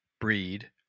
breed